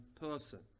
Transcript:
person